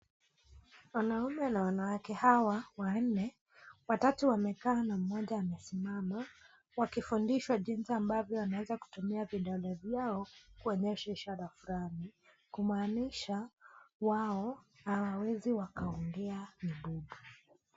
Wanaume na wanawake hawa wanne, watatu wamekaa na mmoja amesimama. Wakifundishwa jinsi ambavyo wanawezakutumia vidole vyao kuonyesha ishara fulani. Kumaanisha wao hawawezi wakaongea ni bubu.